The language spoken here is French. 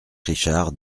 richard